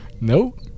Nope